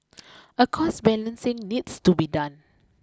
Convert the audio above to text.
a cost balancing needs to be done